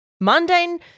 mundane